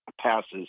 passes